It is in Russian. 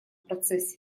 процессе